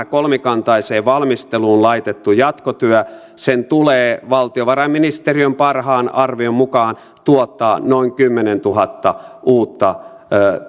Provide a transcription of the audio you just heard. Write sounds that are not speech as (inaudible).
(unintelligible) kolmikantaiseen valmisteluun laitetun jatkotyön tulee valtiovarainministeriön parhaan arvion mukaan tuottaa noin kymmenentuhatta uutta